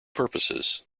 purposes